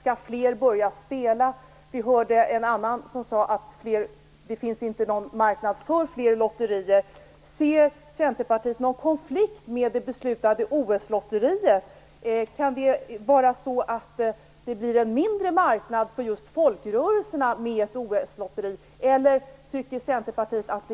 Skall fler börja spela? Vi hörde en annan debattör säga att det inte finns någon marknad för fler lotterier. Ser Centerpartiet någon konflikt med det beslutade OS-lotteriet? Kan det vara så att marknaden blir mindre för just folkrörelserna med ett OS-lotteri, eller tycker Centerpartiet att